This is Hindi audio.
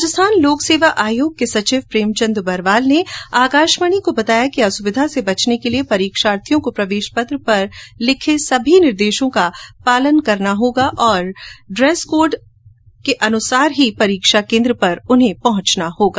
राजस्थान लोक सेवा आयोग के सचिव प्रेमचन्द बरवाल ने आकाशवाणी को बताया कि असुविधा से बचने के लिए परीक्षार्थियों को प्रवेश पत्र पर लिखे सभी निर्देशों का पालन करना चाहिए और ड्रेस कोड अनुसार परीक्षा केन्द्र पर पहंचना चाहिए